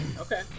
okay